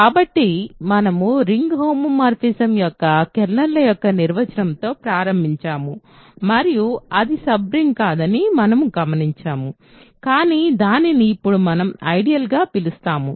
కాబట్టి మనము ring homomorphism యొక్క కెర్నల్ యొక్క నిర్వచనంతో ప్రారంభించాము మరియు అది సబ్ రింగ్ కాదని మనము గమనించాము కానీ దానిని ఇప్పుడు మనం ఐడియల్ గా పిలుస్తాము